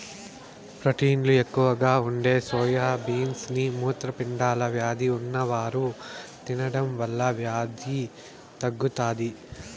ప్రోటీన్లు ఎక్కువగా ఉండే సోయా బీన్స్ ని మూత్రపిండాల వ్యాధి ఉన్నవారు తినడం వల్ల వ్యాధి తగ్గుతాది